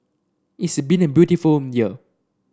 it's been a beautiful year